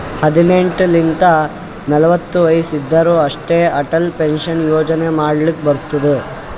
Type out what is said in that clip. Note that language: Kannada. ಹದಿನೆಂಟ್ ಲಿಂತ ನಲ್ವತ ವಯಸ್ಸ್ ಇದ್ದೋರ್ ಅಷ್ಟೇ ಅಟಲ್ ಪೆನ್ಷನ್ ಯೋಜನಾ ಮಾಡ್ಲಕ್ ಬರ್ತುದ್